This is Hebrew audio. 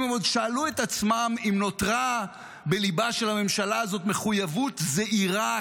אם עוד שאלו את עצמם אם נותרה בליבה של הממשלה הזאת מחויבות זהירה,